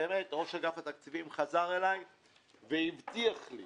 ובאמת ראש אגף התקציבים חזר אלי והבטיח לי